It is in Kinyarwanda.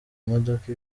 modoka